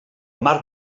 mar